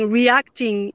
reacting